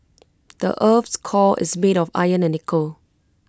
the Earth's core is made of iron and nickel